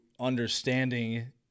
understanding